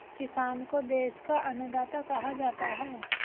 किसान को देश का अन्नदाता कहा जाता है